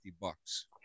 bucks